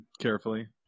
carefully